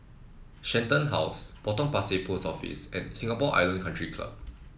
Shenton House Potong Pasir Post Office and Singapore Island Country Club